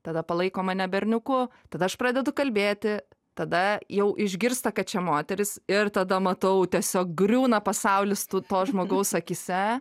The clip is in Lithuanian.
tada palaiko mane berniuku tada aš pradedu kalbėti tada jau išgirsta kad čia moteris ir tada matau tiesiog griūna pasaulis tu to žmogaus akyse